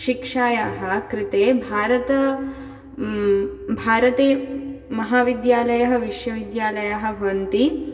शिक्षायाः कृते भारत भारते महाविद्यालयः विश्वविद्यालयः भवन्ति